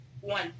One